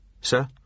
Sir